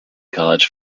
college